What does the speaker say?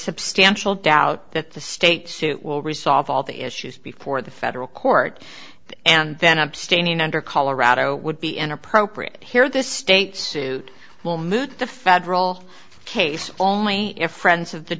substantial doubt that the state suit will resolve all the issues before the federal court and then abstaining under colorado would be an appropriate here the state suit will moot the federal case all maner friends